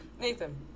Nathan